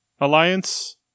Alliance